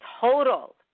total